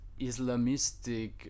Islamistic